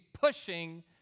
pushing